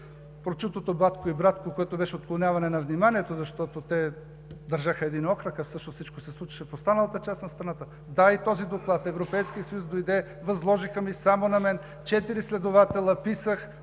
прочутото „Батко и братко“, което беше отклоняване на вниманието, защото те държаха един окръг, а всъщност всичко се случваше в останала част на страната. Да, и този доклад – Европейският съюз дойде, възложиха ми само на мен четири следователи. Писах,